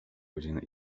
godzinę